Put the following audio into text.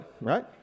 Right